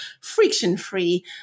friction-free